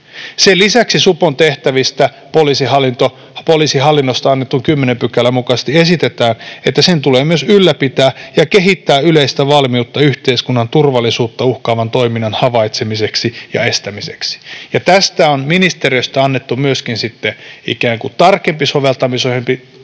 Sen lisäksi supon tehtävistä poliisihallinnosta annetun lain 10 §:n mukaisesti esitetään, että ”sen tulee myös ylläpitää ja kehittää yleistä valmiutta yhteiskunnan turvallisuutta uhkaavan toiminnan havaitsemiseksi ja estämiseksi”, ja tästä on ministeriöstä annettu myöskin ikään kuin tarkempi soveltamisohje,